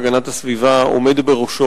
שהתשובה איננה מרגיעה.